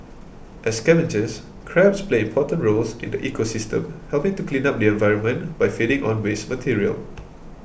as scavengers crabs play important roles in the ecosystem helping to clean up the environment by feeding on waste material